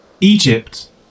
Egypt